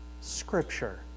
scripture